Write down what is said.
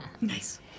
Nice